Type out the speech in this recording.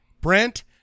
Brent